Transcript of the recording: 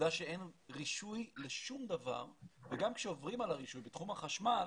העובדה שאין רישוי לשום דבר וגם כשעוברים על הרישוי בתחום החשמל